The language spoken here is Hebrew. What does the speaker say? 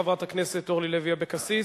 חברת הכנסת אורלי לוי אבקסיס.